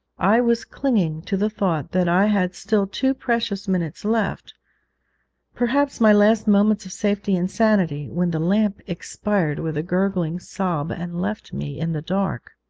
i was clinging to the thought that i had still two precious minutes left perhaps my last moments of safety and sanity when the lamp expired with a gurgling sob, and left me in the dark.